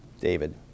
David